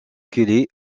kelly